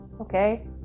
okay